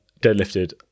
deadlifted